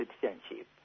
citizenship